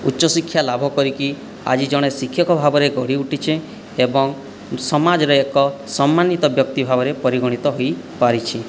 ଉଚ୍ଚ ଶିକ୍ଷା ଲାଭ କରିକି ଆଜି ଜଣେ ଶିକ୍ଷକ ଭାବରେ ଗଢ଼ି ଉଠିଛି ଏବଂ ସମାଜରେ ଏକ ସମ୍ମାନିତ ବ୍ୟକ୍ତି ଭାବରେ ପରିଗଣିତ ହୋଇପାରିଛି